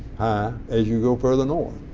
high as you go further north.